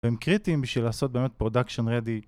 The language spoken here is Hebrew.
והם קריטיים בשביל לעשות באמת production ready